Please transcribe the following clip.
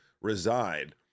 reside